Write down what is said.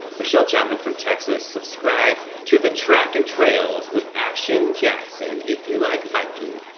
michelle chapman from texas, subscribe to the track and trails with action jackson if you like biking.